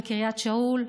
בקריית שאול,